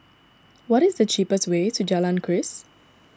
what is the cheapest way to Jalan Keris